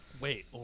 Wait